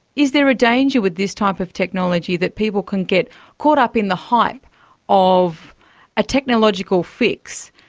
is there a danger with this type of technology that people can get caught up in the hype of a technological fix,